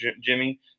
Jimmy